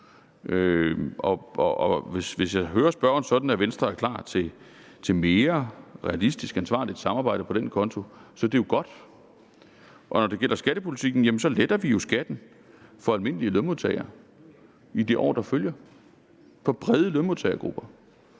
Og hvis jeg hører spørgeren sådan, at Venstre er klar til mere realistisk, ansvarligt samarbejde på den konto, er det jo godt. Når det gælder skattepolitikken, letter vi jo skatten for almindelige lønmodtagere i de år, der følger – for brede lønmodtagergrupper